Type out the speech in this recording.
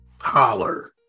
Holler